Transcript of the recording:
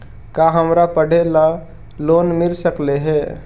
का हमरा पढ़े ल लोन मिल सकले हे?